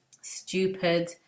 stupid